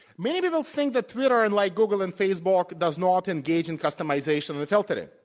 many people think that twitter, unlike google and facebook, does not engage in customizing and filtering.